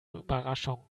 überraschung